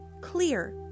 clear